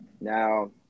Now